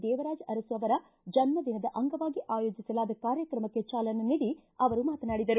ದೇವರಾಜು ಅರಸು ಅವರ ಜನ್ನ ದಿನದ ಅಂಗವಾಗಿ ಆಯೋಜಿಸಲಾದ ಕಾರ್ಯಕ್ರಮಕ್ಕೆ ಚಾಲನೆ ನೀಡಿ ಅವರು ಮಾತನಾಡಿದರು